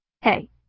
Hey